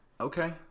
Okay